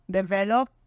develop